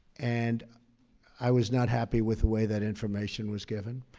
and i was not happy with the way that information was given.